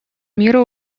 мира